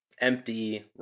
empty